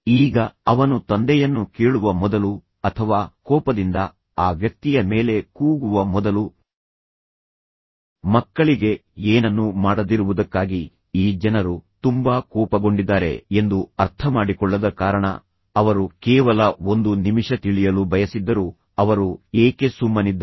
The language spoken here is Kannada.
ಈಗ ಅವನು ತಂದೆಯನ್ನು ಕೇಳುವ ಮೊದಲು ಅಥವಾ ಕೋಪದಿಂದ ಆ ವ್ಯಕ್ತಿಯ ಮೇಲೆ ಕೂಗುವ ಮೊದಲು ಮಕ್ಕಳಿಗೆ ಏನನ್ನೂ ಮಾಡದಿರುವುದಕ್ಕಾಗಿ ಈ ಜನರು ತುಂಬಾ ಕೋಪಗೊಂಡಿದ್ದಾರೆ ಎಂದು ಅರ್ಥಮಾಡಿಕೊಳ್ಳದ ಕಾರಣ ಅವರು ಕೇವಲ ಒಂದು ನಿಮಿಷ ತಿಳಿಯಲು ಬಯಸಿದ್ದರು ಅವರು ಏಕೆ ಸುಮ್ಮನಿದ್ದಾರೆ